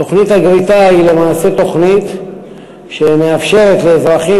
תוכנית הגריטה היא למעשה תוכנית שמאפשרת לאזרחים